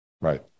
Right